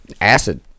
Acid